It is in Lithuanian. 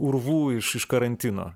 urvų iš iš karantino